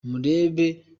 mbere